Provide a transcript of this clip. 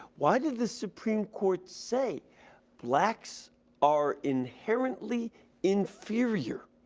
why did the supreme court say blacks are inherently inferior